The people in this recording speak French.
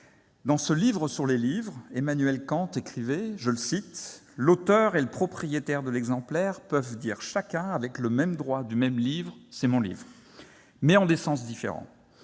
Dans cet ouvrage sur les livres, Emmanuel Kant écrivait :« L'auteur et le propriétaire de l'exemplaire peuvent dire chacun avec le même droit du même livre : c'est mon livre ! mais en des sens différents.